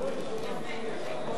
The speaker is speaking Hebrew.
תלמידים ערבים